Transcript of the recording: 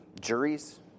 juries